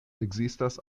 ekzistis